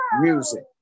music